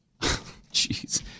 Jeez